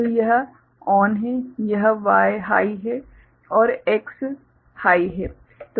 तो यह ON है यह Y हाइ है और X हाइ है